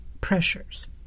pressures